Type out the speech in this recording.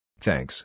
Thanks